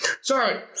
Sorry